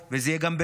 וזה יהיה גם בלוד,